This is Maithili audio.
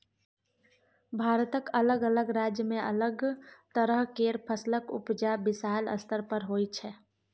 भारतक अलग अलग राज्य में अलग तरह केर फसलक उपजा विशाल स्तर पर होइ छै